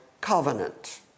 covenant